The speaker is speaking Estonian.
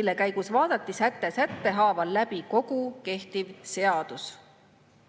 mille käigus vaadati säte sätte haaval läbi kogu kehtiv seadus.